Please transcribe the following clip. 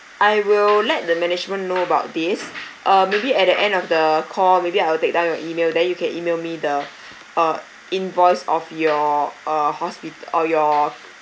I will let the management know about this uh maybe at the end of the call maybe I'll take down your email then you can email me the uh invoice of your uh hospital or your